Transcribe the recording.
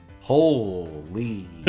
Holy